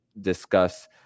discuss